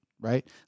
right